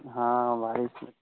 हाँ भाई ठीक है